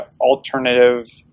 alternative